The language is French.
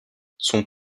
son